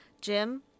Jim